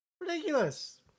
Ridiculous